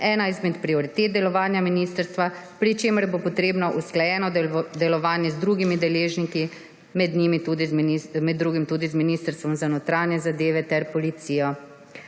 ena izmed prioritet delovanja ministrstva, pri čemer bo potrebno usklajeno delovanje z drugimi deležniki, med drugim tudi z Ministrstvom za notranje zadeve ter policijo;